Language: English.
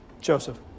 Joseph